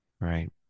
Right